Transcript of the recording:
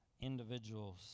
individuals